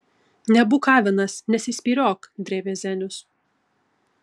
nebūk avinas nesispyriok drėbė zenius